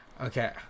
Okay